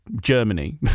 Germany